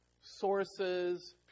sources